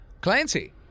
Clancy